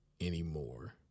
anymore